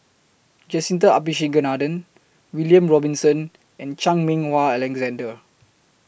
Jacintha Abisheganaden William Robinson and Chan Meng Wah Alexander